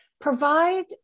provide